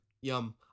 yum